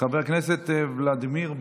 חבר הכנסת ולדימיר בליאק,